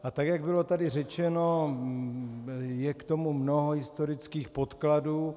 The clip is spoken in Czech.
A tak jak bylo tady řečeno, je k tomu mnoho historických podkladů.